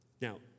Now